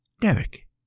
Derek